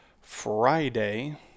Friday